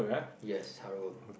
yes hard work